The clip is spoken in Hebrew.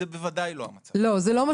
זה בוודאי לא המצב.